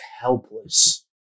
helpless